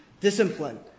discipline